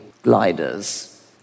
gliders